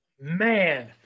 Man